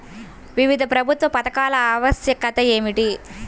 వివిధ ప్రభుత్వ పథకాల ఆవశ్యకత ఏమిటీ?